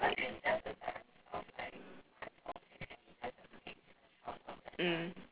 mm